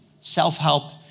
Self-help